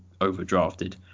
overdrafted